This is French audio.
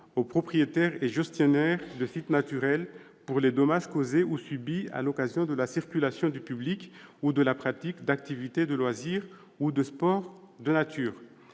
aux propriétaires et gestionnaires de sites naturels pour les dommages causés ou subis à l'occasion de la circulation du public ou de la pratique d'activités de loisir ou de sports de nature.